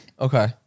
Okay